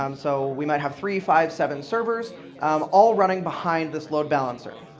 um so we might have three, five, seven servers all running behind this load balancer.